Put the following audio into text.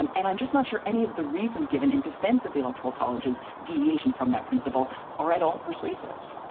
and i'm just not sure any of the reasons given in defense of the electoral college is deviation from that principle or at all persuasive.